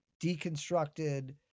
deconstructed